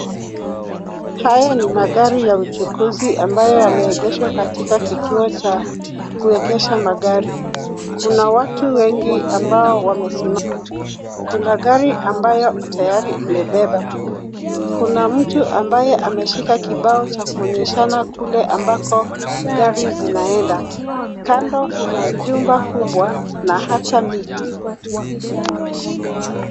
Haya ni magari ya uchukuzi ambayo yameegeshwa katika kituo cha kuwegesha magari ,kuna watu wengi ambao wamesimama ,kuna gari ambayo tayari imebeba ,kuna mtu ambaye ameshika kibao cha kuonyeshana kule ambako gari zinaenda ,kando kuna jumba kubwa na hata miti.